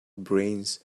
brains